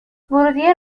ورودیه